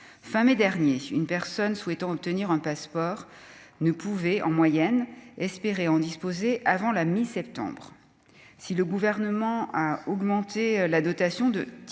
fin mai dernier, une personne souhaitant obtenir un passeport ne pouvait en moyenne espérer en disposer avant la mi-septembre si le gouvernement à augmenter la dotation de